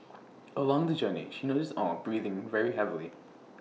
along the journey she noticed aw breathing very heavily